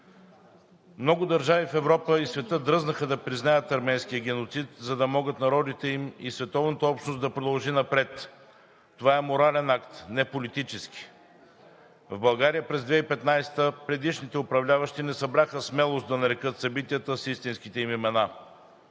Много държави в Европа и в света дръзнаха да признаят арменския геноцид, за да могат народите им и световната общност да продължи напред. Това е морален акт, а не политически. В България през 2015 г. предишните управляващи не събраха смелост да нарекат събитията с истинските им имена.